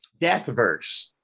Deathverse